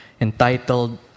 entitled